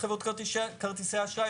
טכנולוגיה.